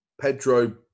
Pedro